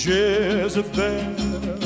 Jezebel